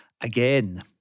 again